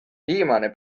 viimane